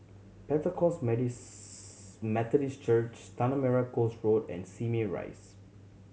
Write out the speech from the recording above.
Pentecost Methodist Church Tanah Merah Coast Road and Simei Rise